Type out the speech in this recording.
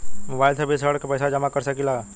Mobile से भी ऋण के पैसा जमा कर सकी ला?